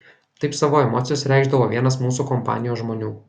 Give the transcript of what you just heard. taip savo emocijas reikšdavo vienas mūsų kompanijos žmonių